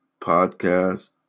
podcast